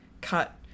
cut